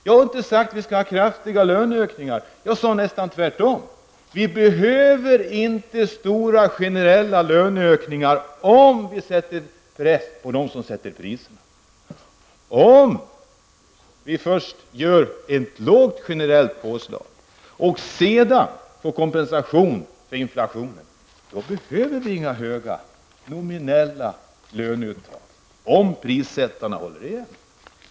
Jag har inte sagt att vi skall ha kraftiga löneökningar, jag sade snarare tvärtom. Vi behöver inte stora generella löneökningar om vi sätter press på dem som sätter priserna. Om vi först gör ett lågt generellt påslag och sedan ger kompensation för inflationen, då behövs det inga höga nominella lönelyft om prissättarna håller igen.